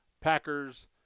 packers